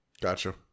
Gotcha